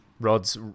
rod's